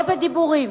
לא בדיבורים,